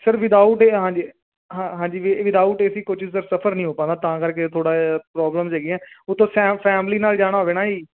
sir without ਇਹ ਹਾਂਜੀ ਹਾਂ ਹਾਂਜੀ without A C coaches sir ਸਫਰ ਨਹੀਂ ਹੋ ਪਾਣਾ ਤਾਂ ਕਰਕੇ ਥੋੜ੍ਹਾ ਜਿਹਾ ਪ੍ਰੋਬਲਮਜ਼ ਹੈਗੀਆਂ ਉਹ ਤੋਂ ਫੈਮ ਫੈਮਲੀ ਨਾਲ ਜਾਣਾ ਹੋਵੇ ਨਾ ਜੀ